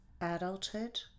adulthood